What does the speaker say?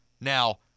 Now